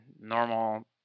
normal